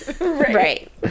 Right